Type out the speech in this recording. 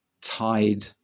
tied